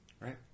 Right